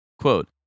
Quote